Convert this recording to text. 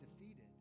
defeated